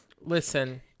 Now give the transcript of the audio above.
Listen